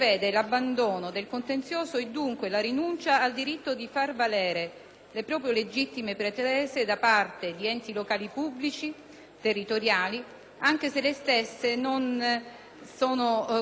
le proprie legittime pretese da parte di enti locali pubblici territoriali, anche se gli stessi non sono contemplati come parti nella stipula del contratto di transazione,